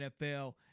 NFL